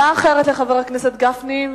הצעה אחרת לחבר הכנסת גפני,